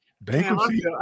Bankruptcy